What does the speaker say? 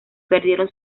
perdieron